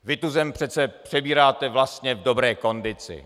Vy tu zem přece přebíráte vlastně v dobré kondici.